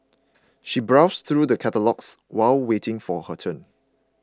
she browsed through the catalogues while waiting for her turn